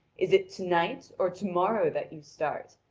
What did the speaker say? is it to-night or to-morrow that you start?